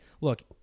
look